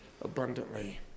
abundantly